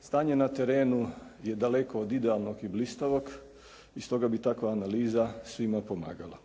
Stanje na terenu je daleko od idealnog i blistavog i stoga bi takva analiza svima pomagala.